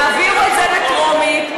תעבירו את זה בטרומית,